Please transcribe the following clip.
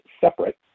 separate